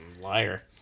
liar